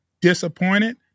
disappointed